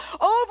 over